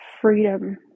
freedom